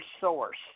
source